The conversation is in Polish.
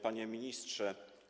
Panie Ministrze!